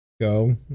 Go